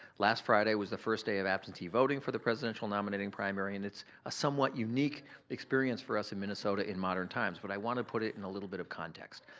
last friday was the first day of absentee voting for the presidential nominating primary and it's a somewhat unique experience for us in minnesota in modern times. but i wanna put it in a little bit of context.